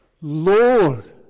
Lord